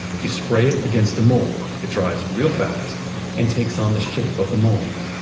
you spray it against a mold. it drives real fast and takes on the shape of the mold.